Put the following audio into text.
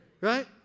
right